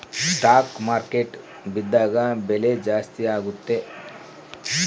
stock market ಬಿದ್ದಾಗ ಬೆಲೆ ಜಾಸ್ತಿ ಆಗುತ್ತೆ